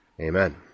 Amen